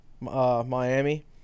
Miami